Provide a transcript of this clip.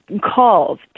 Calls